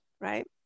right